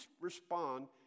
respond